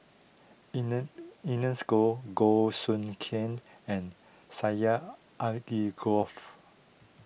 Erne Ernest Goh Goh Soo Khim and Syed Alsagoff